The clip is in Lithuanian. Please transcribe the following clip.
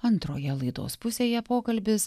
antroje laidos pusėje pokalbis